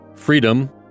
Freedom